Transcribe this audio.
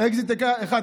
אקזיט אחד,